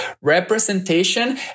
Representation